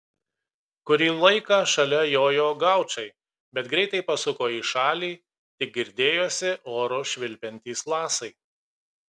kurį laiką šalia jojo gaučai bet greitai pasuko į šalį tik girdėjosi oru švilpiantys lasai